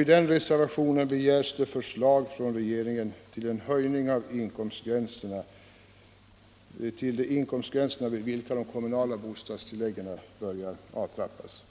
I den reservationen begärs förslag från regeringen om höjning av de inkomstgränser vid vilka de kommunala bostadstilläggen börjar avtrappas.